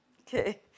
Okay